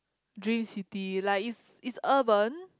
dream city like is is urban